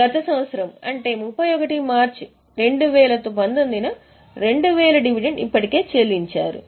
గత సంవత్సరం అంటే 31 మార్చి 2019 న 2000 డివిడెండ్ ఇప్పటికే చెల్లించారు